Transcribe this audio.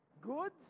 Goods